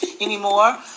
anymore